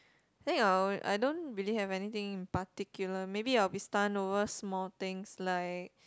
think I'll I don't believe have anything in particular maybe I'll be stun over small things like